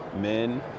men